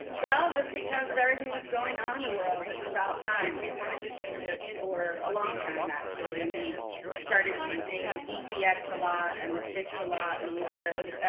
well, just because of everything that's going on in the world, it's it's about time wanted to change it for a long time, actually, and we started using dcx a lot and the chicks a lot when we could.